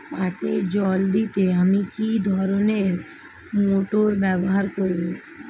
পাটে জল দিতে আমি কি ধরনের মোটর ব্যবহার করব?